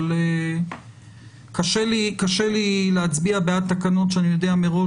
אבל קשה לי להצביע בעד תקנות כשאני יודע מראש